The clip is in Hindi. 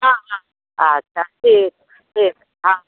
हाँ हाँ अच्छा ठीक ठीक हाँ